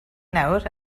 nawr